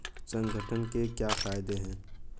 संगठन के क्या फायदें हैं?